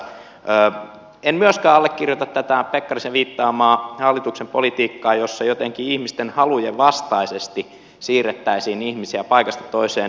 en myöskään allekirjoita tätä pekkarisen viittaamaa hallituksen politiikkaa jossa jotenkin ihmisten halujen vastaisesti siirrettäisiin ihmisiä paikasta toiseen